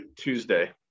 Tuesday